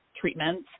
treatments